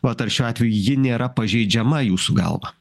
vat ar šiuo atveju ji nėra pažeidžiama jūsų galva